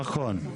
נכון.